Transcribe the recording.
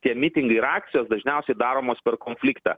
tie mitingai ir akcijos dažniausiai daromos per konfliktą